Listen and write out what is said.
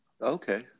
Okay